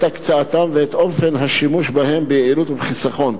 את הקצאתם ואת אופן השימוש בהם ביעילות ובחיסכון.